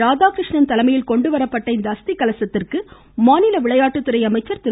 ராதாகிருஷ்ணன் தலைமையில் கொண்டு வரப்பட்ட இந்த அஸ்தி கலசத்திற்கு மாநில விளையாட்டுத்துறை அமைச்சர் திரு